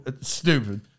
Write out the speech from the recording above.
stupid